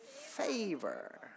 favor